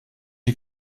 die